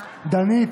דנית,